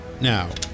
Now